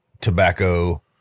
tobacco